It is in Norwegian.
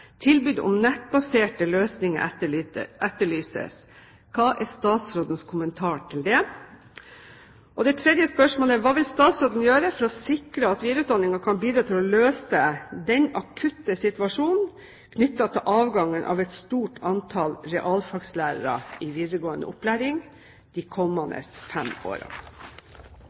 Tilbud om nettbaserte løsninger etterlyses. Hva er statsrådens kommentar til det? Hva vil statsråden gjøre for å sikre at videreutdanningen kan bidra til å løse den akutte situasjonen knyttet til avgangen av et stort antall realfaglærere i videregående opplæring de kommende fem